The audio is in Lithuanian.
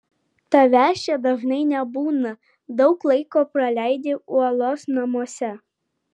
tavęs čia dažnai nebūna daug laiko praleidi uolos namuose